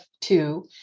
two